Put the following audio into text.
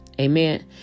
Amen